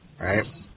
right